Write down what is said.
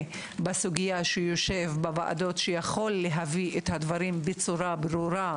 בסוגיה שיושב בוועדות היכול להביא את הדברים בצורה ברורה,